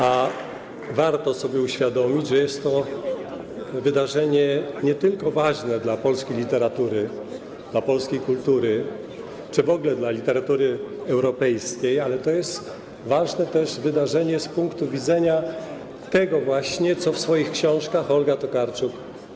A warto sobie uświadomić, że jest to wydarzenie ważne nie tylko dla polskiej literatury, dla polskiej kultury czy w ogóle dla literatury europejskiej, ale to jest też ważne wydarzenie z punktu widzenia tego właśnie, co przekazuje w swoich książkach Olga Tokarczuk.